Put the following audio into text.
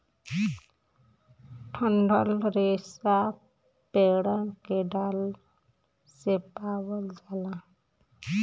डंठल रेसा पेड़न के डालन से पावल जाला